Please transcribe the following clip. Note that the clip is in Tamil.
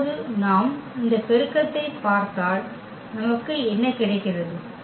இப்போது நாம் இந்த பெருக்கத்தைப் பார்த்தால் நமக்கு என்ன கிடைக்கிறது